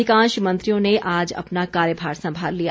अधिकांश मंत्रियों ने आज अपना कार्यभार संभाल लिया